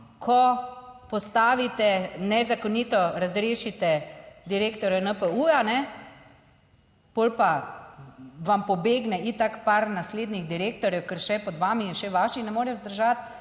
ko postavite nezakonito razrešite direktorja NPU, potem pa vam pobegne itak par naslednjih direktorjev, ker še pod vami in še vaših ne more zdržati,